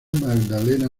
magdalena